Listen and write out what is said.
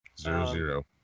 Zero-zero